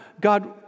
God